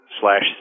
slash